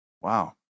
Wow